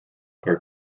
are